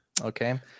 okay